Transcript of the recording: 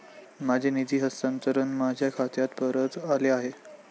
माझे निधी हस्तांतरण माझ्या खात्यात परत आले आहे